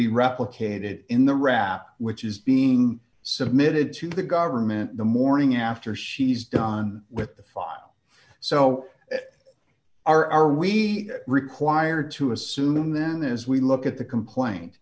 be replicated in the wrap which is being submitted to the government the morning after she's done with the file so are we required to assume then as we look at the complain